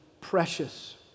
precious